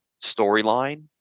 storyline